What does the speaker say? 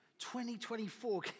2024